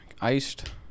Iced